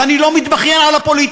ואני לא מתבכיין על הפוליטיקה,